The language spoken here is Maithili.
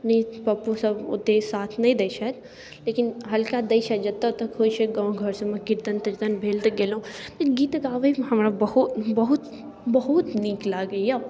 कनी पप्पो सब ओतेक साथ नहि दै छथि लेकिन हल्का दै छथि जतेक तक होइत छै गाँव घर सबमे किर्तन तिर्तन सब भेल तऽ गेलहुँ गीत गाबैमे हमरा बहुत बहुत बहुत नीक लागैए